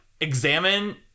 examine